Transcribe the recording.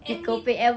and he